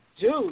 dude